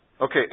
okay